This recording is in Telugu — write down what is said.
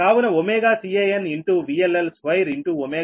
కావున CanVLL2